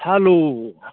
hello